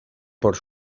por